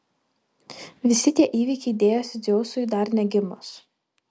visi tie įvykiai dėjosi dzeusui dar negimus